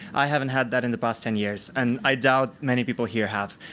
i haven't had that in the past ten years, and i doubt many people here have.